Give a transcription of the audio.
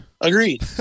Agreed